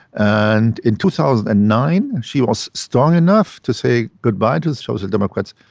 and in two thousand and nine she was strong enough to say goodbye to the social democrats.